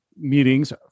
meetings